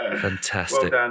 Fantastic